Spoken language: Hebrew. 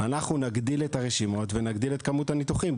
אנחנו נגדיל את הרשימות ונגדיל את כמות הניתוחים.